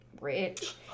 rich